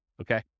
Okay